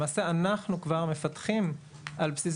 למעשה, אנחנו כבר מפתחים על בסיס